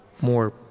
more